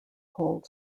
cold